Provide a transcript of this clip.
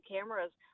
Cameras